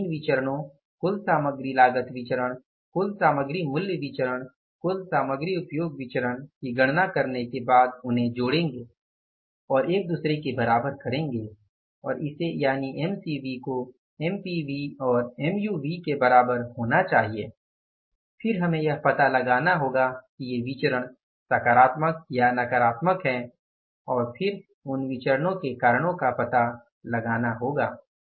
इन तीन विचरणो कुल सामग्री लागत विचरण कुल सामग्री मूल्य विचरण कुल सामग्री उपयोग विचरण की गणना करने के बाद उन्हें जोड़ेंगे और एक दूसरे के बराबर करेंगे और इसे यानि एमसीवी को एमपीवी और एमयूवीं के बराबर होना चाहिए फिर हमें यह पता लगाना होगा कि ये विचरण सकारात्मक या नकारात्मक हैं और फिर उन विचरणो के कारणों का पता लगाना होगा